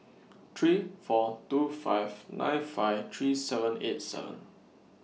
three four two five nine five three seven eight seven